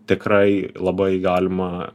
tikrai labai galima